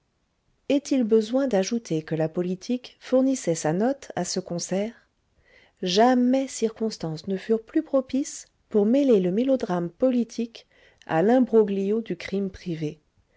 est-il besoin d'ajouter que la politique fournissait sa note à ce concert jamais circonstances ne furent plus propices pour mêler le mélodrame politique à l'imbroglio du crime privé